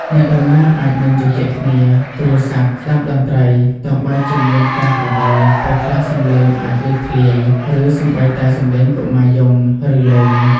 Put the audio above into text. អ្នកដំណើរអាចនឹងជជែកគ្នា ទូរស័ព្ទ ស្តាប់តន្ត្រី ទោះបីជាមានកាសក៏ដោយ ពេលខ្លះសំឡេងអាចលេចធ្លាយ ឬសូម្បីតែសំឡេងកុមារយំ ឬលេង។